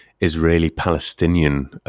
Israeli-Palestinian